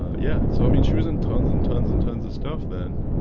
yeah, so i mean she was in tons and tons and tons of stuff then